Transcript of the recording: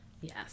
Yes